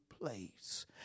place